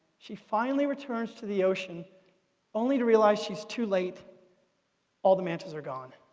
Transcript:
she finally returns to the ocean only to realise she is too late all the mantas are gone.